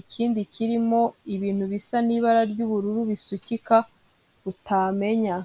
ikindi kirimo ibintu bisa n'ibara ry'ubururu bisukika utamenya.